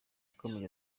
yakomeje